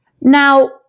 now